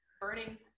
Burning